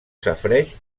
safareig